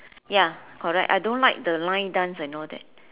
ya correct I don't like the line dance and all that